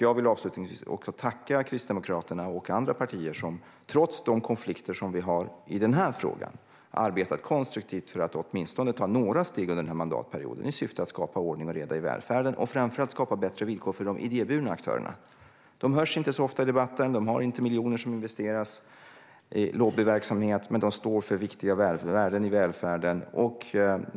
Jag vill avslutningsvis tacka Kristdemokraterna och andra partier som, trots de konflikter som vi har i den här frågan, har arbetat konstruktivt för att åtminstone ta några steg under den här mandatperioden i syfte att skapa ordning och reda i välfärden och framför allt att skapa bättre villkor för de idéburna aktörerna. De hörs inte så ofta i debatten. De har inte miljoner som investeras i lobbyverksamhet, men de står för viktiga värden i välfärden.